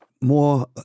more